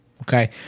Okay